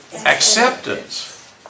Acceptance